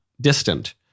distant